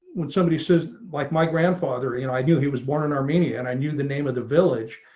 when somebody says, like, my grandfather, and i knew he was born in armenia and i knew the name of the village,